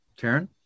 Taryn